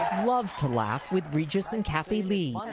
loved to laugh with regis and kathy lee.